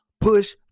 Push